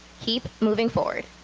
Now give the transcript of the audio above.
keep moving forward.